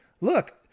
look